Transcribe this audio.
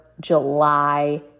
July